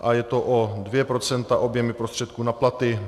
A je to o dvě procenta objemu prostředků na platy.